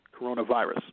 coronavirus